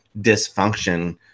dysfunction